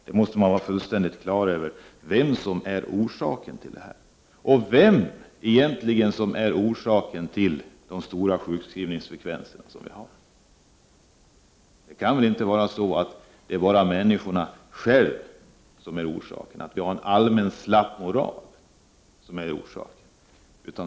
Man måste vara fullständigt klar över vem som är orsaken till detta — och vem som egentligen är orsaken till den höga sjukskrivningsfrekvens som vi har. Det kan väl inte vara så att det bara är människorna själva som är orsaken, att vi har en allmänt slapp moral?